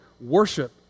worship